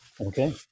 Okay